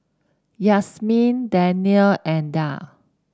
Yasmin Danial and Dhia